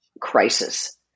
crisis